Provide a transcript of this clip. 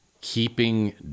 keeping